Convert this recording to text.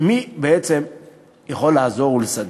מי בעצם יכול לעזור ולסדר.